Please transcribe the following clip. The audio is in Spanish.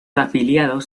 afiliados